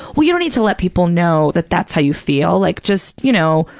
well, you don't need to let people know that that's how you feel. like just, you know,